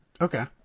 Okay